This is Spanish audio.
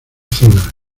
zonas